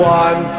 one